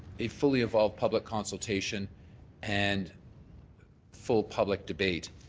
a fully involved public consultation and full public debate.